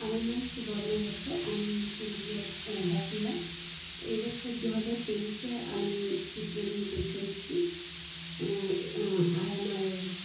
আমার নাম সুবর্ণা দত্ত আমি পুরুলিয়ার বাসিন্দা এবছর দুহাজার তেইশে আমি উচ্চমাধ্যমিক পরীক্ষা দিয়েছি আর আমার